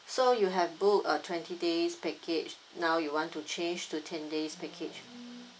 so you have book a twenty days package now you want to change to ten days package